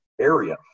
area